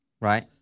right